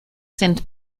sind